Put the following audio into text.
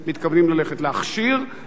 להכשיר את התהליך הזה,